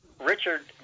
Richard